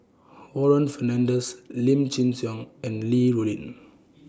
Warren Fernandez Lim Chin Siong and Li Rulin